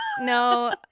No